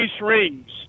rings